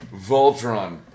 Voltron